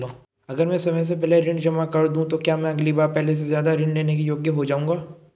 अगर मैं समय से पहले ऋण जमा कर दूं तो क्या मैं अगली बार पहले से ज़्यादा ऋण लेने के योग्य हो जाऊँगा?